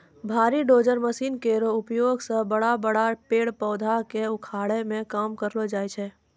भारी dozer machine केरो उपयोग सें बड़ा बड़ा पेड़ पौधा क उखाड़े के काम करलो जाय छै